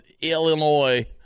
illinois